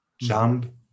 jump